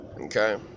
Okay